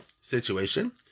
situation